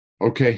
Okay